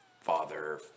father